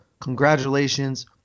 congratulations